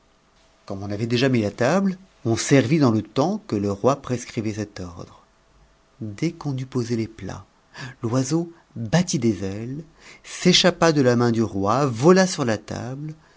comme on avait déjà mis la table on servit dans le temps que le roi prescrivait cet ordre dès qu'on eut posé les plats l'oiseau battit des ailes s'échappa de la main du roi vola sur la table